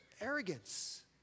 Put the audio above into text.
Arrogance